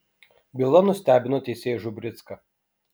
byla nustebino teisėją žubricką